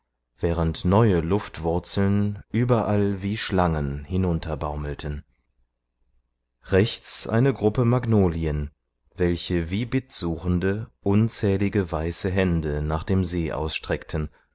während neue luftwurzeln überall wie schlangen hinunterbaumelten rechts eine gruppe magnolien welche wie bittsuchende unzählige weiße hände nach dem see ausstreckten